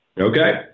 Okay